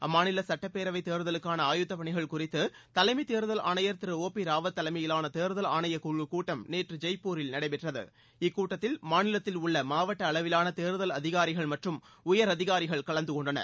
அம்மாநில சட்டப்பேரவை தேர்தலுக்கான ஆயத்தப் பணிகள் குறித்து தலைமை தேர்தல் ஆணையர் திரு ஒ பி ராவத் தலைமையிலான தேர்தல் ஆணைய குழுக் கூட்டம் நேற்று ஜெய்ப்பூரில் நடைபெற்றது இக்கூட்டத்தில் மாநிலத்தில் உள்ள மாவட்ட அளவிலான தேர்தல் அதிகாரிகள் மற்றும் உயர் அதிகாரிகள் கலந்து கொண்டனர்